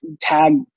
tag